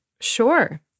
Sure